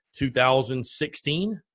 2016